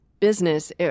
business